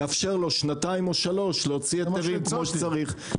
לאפשר לו שנתיים או שלוש להוציא היתרים כמו שצריך.